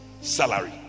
salary